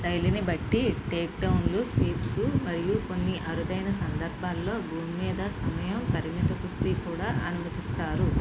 శైలిని బట్టి టేక్ డౌన్లు స్వీప్స్ మరియు కొన్ని అరుదైన సందర్భాల్లో భూమి మీద సమయం పరిమిత కుస్తీ కూడా అనుమతిస్తారు